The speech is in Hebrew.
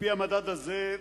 על-פי המדד הזה,